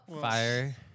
fire